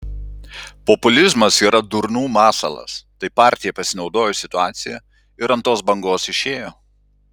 populizmas yra durnų masalas tai partija pasinaudojo situacija ir ant tos bangos išėjo